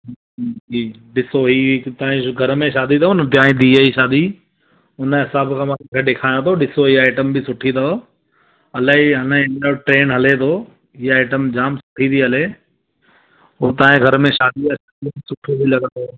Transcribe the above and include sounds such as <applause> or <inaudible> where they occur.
जी जी ॾिसो ई हिकु तव्हांजे घर में शादी अथव न तव्हांजे धीअ जी शादी हुन हिसाबु सां मां तव्हांखे ॾिखारियां थो ॾिसो हीअ आएटम बि सुठी अथव इलाही हाणे हिन जो ट्रेंड हले थो इहा आइटम जाम सुठी थी हले ऐं तव्हांजे घर में शादी आहे <unintelligible> सुठी बि लॻंदुव